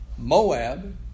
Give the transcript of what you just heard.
Moab